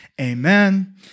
amen